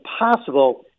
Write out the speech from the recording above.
impossible